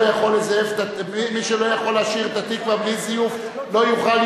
יכול לשיר את "התקווה" בלי זיוף לא יוכל